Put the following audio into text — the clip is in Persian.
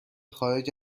خارج